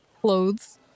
clothes